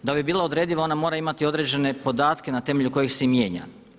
Da bi bila odrediva ona mora imati određene podatke na temelju kojih se i mijenja.